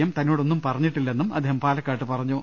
M തന്നോട് ഒന്നും പറഞ്ഞിട്ടി ല്ലെന്നും അദ്ദേഹം പാലക്കാട്ട് പറഞ്ഞു